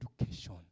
education